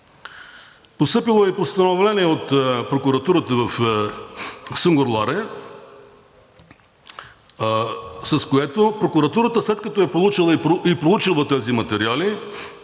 Постъпило е постановление от прокуратурата в Сунгурларе, с което прокуратурата, след като е получила и проучила тези материали,